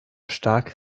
stark